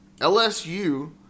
LSU